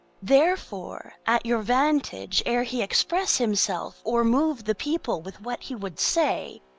therefore, at your vantage, ere he express himself or move the people with what he would say,